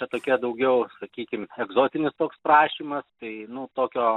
čia tokia daugiau sakykim egzotinis toks prašymas tai nu tokio